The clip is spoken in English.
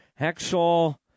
hacksaw